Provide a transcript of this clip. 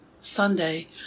Sunday